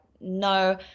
no